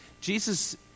Jesus